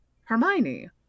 Hermione